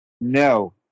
No